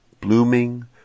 blooming